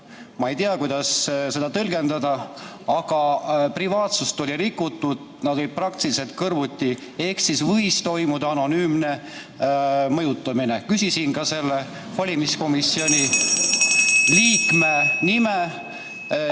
Ma ei tea, kuidas seda tõlgendada, aga privaatsus oli rikutud, nad olid praktiliselt kõrvuti. Ehk siis võis toimuda anonüümne mõjutamine. Küsisin valimiskomisjoni liikme nime.